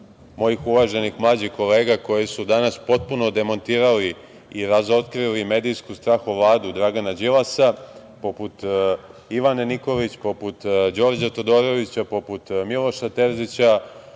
mojih uvaženih mlađih kolega koji su danas potpuno demontirali i razotkrili medijsku strahovladu Dragana Đilasa, poput Ivane Nikolić, poput Đorđa Todorovića, poput Miloša Terzića,